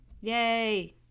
Yay